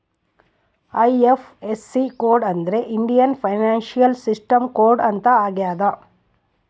IFSC code ಅಂದ್ರೆ Indian financial system code ಅಂತ ಆಗ್ಯದ